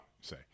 say